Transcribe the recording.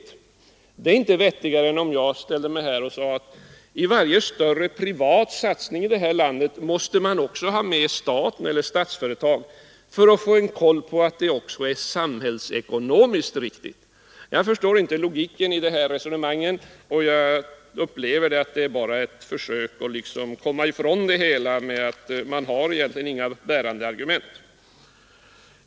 Det talet är inte vettigare än det skulle vara om jag sade att man i varje större privat satsning här i landet måste ha med Statsföretag för att få en koll på att satsningen också är samhällsekonomiskt riktig. Jag förstår inte logiken i resonemanget; jag upplever det bara som ett försök att klara sig undan — man har egentligen inga bärande argument.